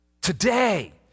Today